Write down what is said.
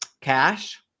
Cash